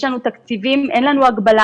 יש לנו תקציבים, אין לנו הגבלה.